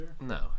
No